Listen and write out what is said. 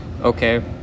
okay